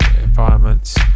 environments